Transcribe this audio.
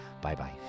Bye-bye